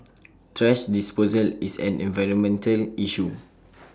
thrash disposal is an environmental issue